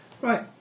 Right